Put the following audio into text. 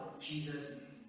Jesus